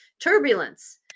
turbulence